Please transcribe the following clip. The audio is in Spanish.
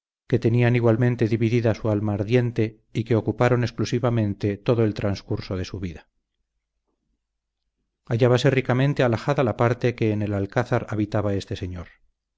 que tenían igualmente dividida su alma ardiente y que ocuparon exclusivamente todo el transcurso de su vida hallábase ricamente alhajada la parte que en el alcázar habitaba este señor